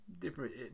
different